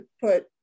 put